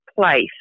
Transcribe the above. place